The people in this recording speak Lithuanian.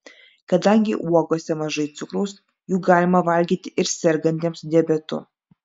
kadangi uogose mažai cukraus jų galima valgyti ir sergantiems diabetu